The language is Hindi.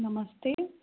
नमस्ते